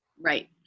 Right